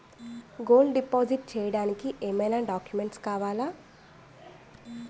Gold deposit చేయడానికి ఏమైనా documents కావాలా?